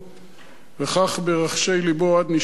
וכן ברחשי לבו, עד נשימתו האחרונה.